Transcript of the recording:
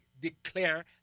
declare